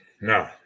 No